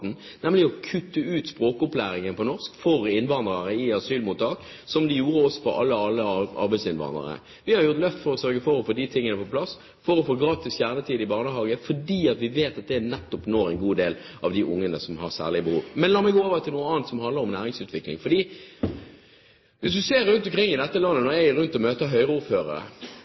å kutte ut språkopplæringen i norsk for innvandrere i asylmottak, som de også gjorde for alle arbeidsinnvandrere. Vi har gjort løft for å sørge for å få de tingene på plass og for å få gratis kjernetid i barnehagen, fordi vi vet at det nettopp når en god del av de ungene som har særlige behov. Men la meg gå over til noe annet, som handler om næringsutvikling. Når jeg reiser rundt omkring i dette landet og møter Høyre-ordførere, møter jeg